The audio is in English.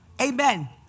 Amen